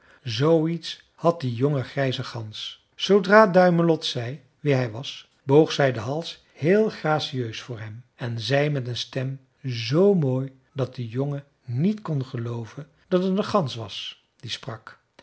zooiets had die jonge grijze gans zoodra duimelot zei wie hij was boog zij den hals heel gracieus voor hem en zei met een stem z mooi dat de jongen niet kon gelooven dat het een gans was die sprak